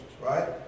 Right